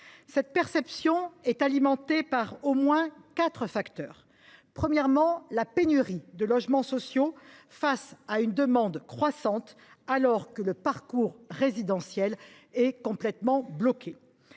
Cette perception est alimentée par au moins quatre facteurs. Premièrement, la pénurie de logements sociaux face à une demande croissante, alors que le parcours résidentiel est complètement bloqué.